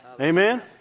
Amen